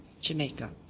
jamaica